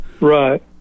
Right